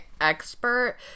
expert